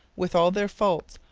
with all their faults,